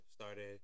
started